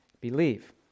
believe